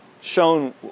shown